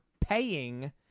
paying